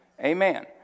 Amen